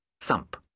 Thump